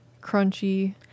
crunchy